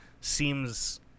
seems